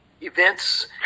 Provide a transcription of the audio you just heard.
events